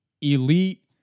elite